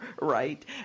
right